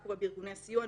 קורה בארגוני הסיוע,